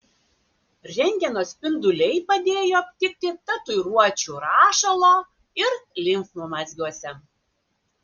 rentgeno spinduliai padėjo aptikti tatuiruočių rašalo ir limfmazgiuose